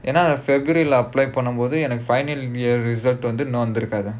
என்ன:enna february lah apply பண்ணும்போது:pannumpothu final year result வந்து இருக்காது:vanthu irukkaathu